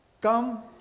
come